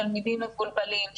תלמידים מבולבלים,